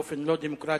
באופן לא דמוקרטי,